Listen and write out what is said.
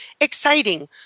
exciting